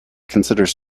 considers